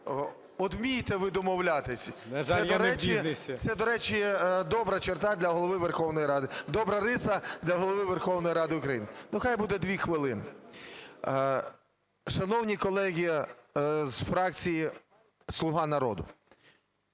не в бізнесі. ШУФРИЧ Н.І. Це, до речі, добра черта для Голови Верховної Ради, добра риса для Голови Верховної Ради України. Ну, хай буде 2 хвилини. Шановні колеги з фракції "Слуга народу",